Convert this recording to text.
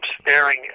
staring